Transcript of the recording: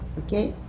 okay.